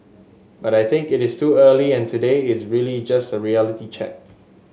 but I think it is too early and today is really just a reality check